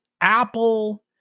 Apple